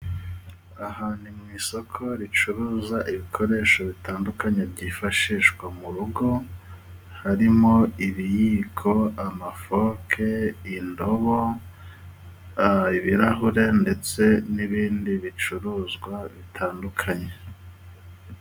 Aha ni mu isoko ricuruza ibikoresho bitandukanye byifashishwa murugo harimo: ibiyiko, amafoke, indobo, ibirahure, ndetse n'ibindi bicuruzwa bitandukanye.